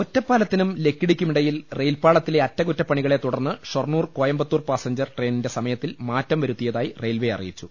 ഒറ്റപ്പാലത്തിനും ലക്കിടിക്കുമിടയിൽ റെയിൽപാളത്തിലെ അറ്റ കുറ്റപ്പണികളെ തുടർന്ന് ഷൊർണൂർ കോയമ്പത്തൂർ പാസഞ്ചർ ട്രെയിനിന്റെ സമയത്തിൽ മാറ്റം വരുത്തിയതായി റെയിൽവെ അറി യിച്ചു